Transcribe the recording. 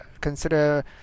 consider